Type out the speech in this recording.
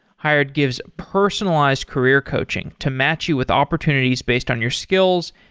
hired gives personalized career coaching to match you with opportunities based on your skills,